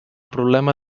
problema